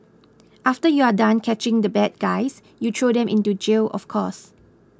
after you are done catching the bad guys you throw them into jail of course